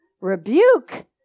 rebuke